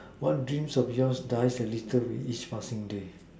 what dreams of yours drive a little bit each passing day